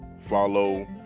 follow